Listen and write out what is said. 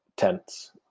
tents